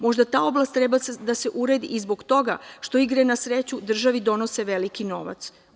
Možda ta oblast treba da se uredi i zbog toga što igre na sreću državi donose veliki novac.